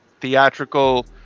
theatrical